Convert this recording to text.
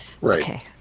right